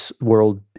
world